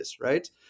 right